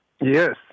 yes